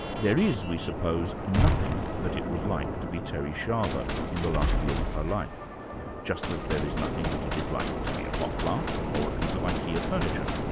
there is we suppose nothing that it was like to be terri schiavo in the last years of her life just as there is nothing that it is like to be a pot plant or a piece of ikea furniture.